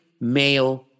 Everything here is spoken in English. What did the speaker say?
male